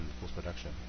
post-production